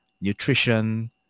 nutrition